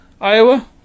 Iowa